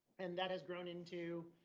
and that has grown into,